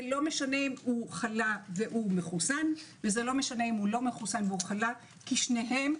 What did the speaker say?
זה לא משנה אם הוא מחוסן וחלה כי שניהם,